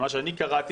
ממה שאני קראתי,